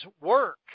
work